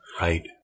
Right